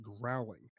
growling